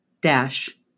dash